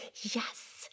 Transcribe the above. Yes